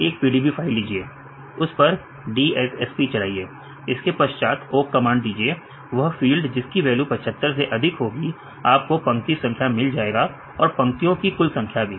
एक PDB file लीजिए उस पर DSSP चलाइए इसके पश्चात ओक कमांड दीजिए वह फील्ड जिसकी वैल्यू 75 से अधिक होगी आपको पंक्ति संख्या मिल जाएगा और पंक्तियों की कुल संख्या भी